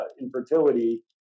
infertility